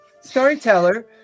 Storyteller